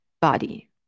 body